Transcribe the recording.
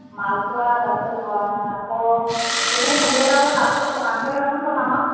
মালপোৱা তাৰপিছত আকৌ সেইখিনি খুন্দি অতালে লাষ্টত পকা মিঠৈ কেইটামান বনাম আৰু